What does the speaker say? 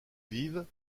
vive